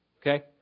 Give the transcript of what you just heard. Okay